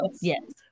yes